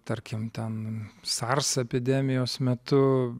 tarkim ten sars epidemijos metu